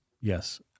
Yes